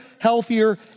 healthier